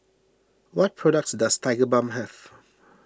what products does Tigerbalm have